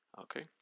Okay